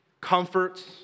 comforts